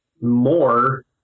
more